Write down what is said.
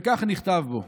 וכך נכתב בו: